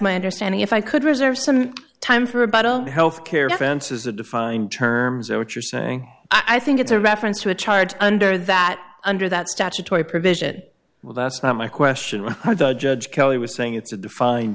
my understanding if i could reserve some time for about on health care defenses a defined terms or what you're saying i think it's a reference to a charge under that under that statutory provision well that's not my question what the judge kelly was saying it's a defined